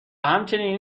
همچنین